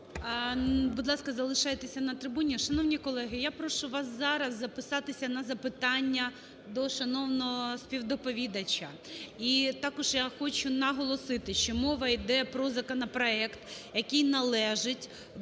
Будь ласка, залишайтеся на трибуні. Шановні колеги, я прошу вас зараз записатися на запитання до шановного співдоповідача. І також я хочу наголосити, що мова йде про законопроект, який належить до